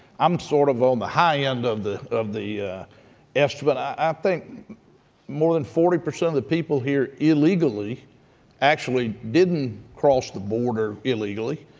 i'm sort of on the high end of the of the estimate. i think more than forty percent of the people here illegally actually didn't cross the border illegally.